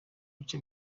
bice